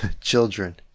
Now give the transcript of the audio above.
children